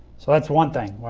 so that's one thing.